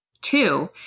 Two